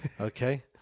Okay